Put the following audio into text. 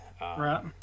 right